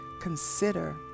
consider